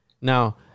Now